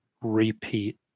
repeat